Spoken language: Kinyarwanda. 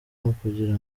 ukugira